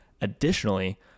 Additionally